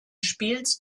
spiels